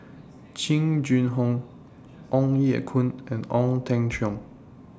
Jing Jun Hong Ong Ye Kung and Ong Teng Cheong